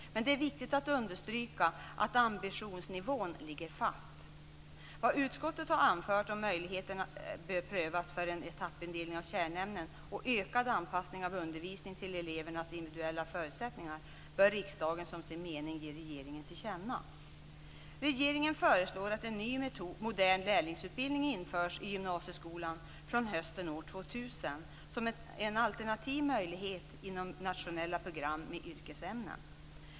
Men det är viktigt att understryka att ambitionsnivån ligger fast. Vad utskottet har anfört om att möjligheterna bör prövas för en etappindelning av kärnämnen och för ökad anpassning av undervisningen till elevernas individuella förutsättningar bör riksdagen som sin mening ge regeringen till känna. som en alternativ möjlighet inom nationella program med yrkesämnen.